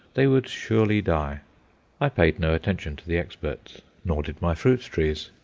they would surely die i paid no attention to the experts, nor did my fruit-trees.